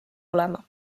olema